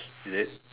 is it